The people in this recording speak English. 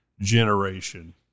generation